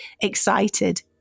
excited